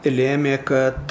lėmė kad